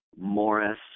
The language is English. Morris